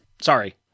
Sorry